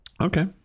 okay